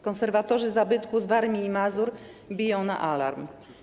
Konserwatorzy zabytków z Warmii i Mazur biją na alarm.